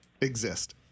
exist